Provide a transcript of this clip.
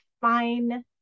fine